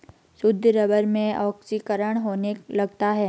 शुद्ध रबर में ऑक्सीकरण होने लगता है